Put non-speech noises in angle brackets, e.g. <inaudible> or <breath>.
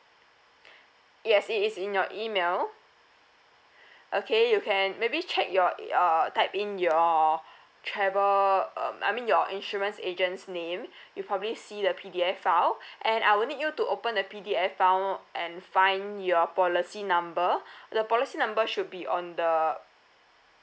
<breath> yes it is in your email <breath> okay you can maybe check your uh type in your <breath> travel um I mean your insurance agents name <breath> you probably see the P_D_F file <breath> and I will need you to open the P_D_F file and find your policy number <breath> the policy number should be on the